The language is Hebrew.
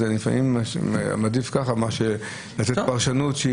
אמרתי שלפעמים אני מעדיף כך מאשר לתת פרשנות.